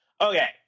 Okay